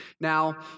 Now